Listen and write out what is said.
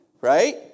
Right